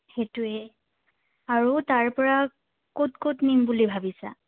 সেইটোৱে আৰু তাৰ পৰা ক'ত ক'ত নিম বুলি ভাবিছা